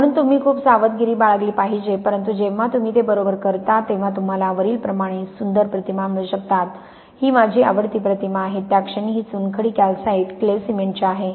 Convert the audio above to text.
म्हणून तुम्ही खूप सावधगिरी बाळगली पाहिजे परंतु जेव्हा तुम्ही ते बरोबर करता तेव्हा तुम्हाला वरीलप्रमाणे सुंदर प्रतिमा मिळू शकतात ही माझी आवडती प्रतिमा आहे त्या क्षणी ही चुनखडी कॅल्साइट क्ले सिमेंटची आहे